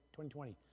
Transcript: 2020